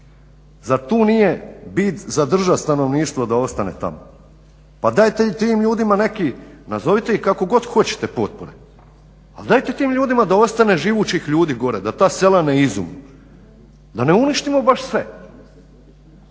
Zar tu nije bit zadržat stanovništvo da ostane tamo. Pa dajte tim ljudima neki nazovite ih kako god hoćete potpore, ali dajte tim ljudima da ostane živućih ljudi gore, da ta sela ne izumru, da ne uništimo baš sve.